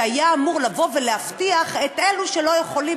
שהיה אמור לבוא ולהבטיח את אלו שלא יכולים